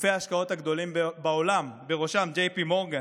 גופי ההשקעות הגדולים בעולם, ובראשם JPMorgan,